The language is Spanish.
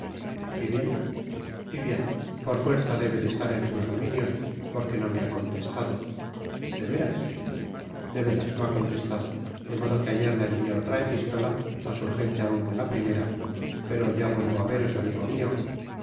y bien y bien por fuerza debe de estar en sus dominios porque no me ha contestado de veras de veras no ha contestado de modo que ayer la envié otra epistola mas urgente aun que la primera pero ya vuelvo á veros amigo mio